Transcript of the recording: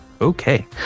Okay